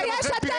תתביישו לכם.